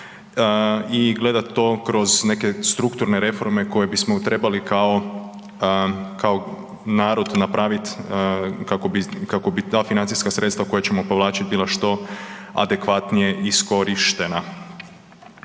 i gledati to kroz neke strukturne reforme koje bismo trebali kao narod napraviti kako bi ta financijska sredstva koja ćemo povlačiti bila što adekvatnije iskorištena.